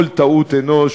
כל טעות אנוש,